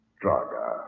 Draga